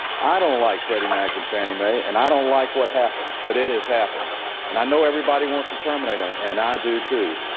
i don't like freddie mac and fannie mae and i don't like what happened but it has happened and i know everybody wants to terminate them and i do, too.